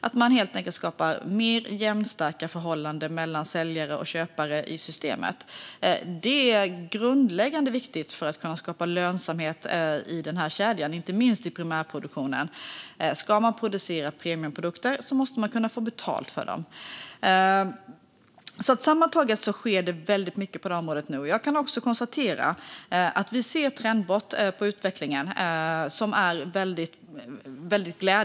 Det skapas helt enkelt mer jämnstarka förhållanden i systemet mellan säljare och köpare. Det är grundläggande för att skapa lönsamhet i den kedjan, inte minst i primärproduktionen. Om man ska producera premiumprodukter måste man kunna få betalt för dem. Sammantaget sker det nu mycket på området. Vi ser också glädjande trendbrott i utvecklingen.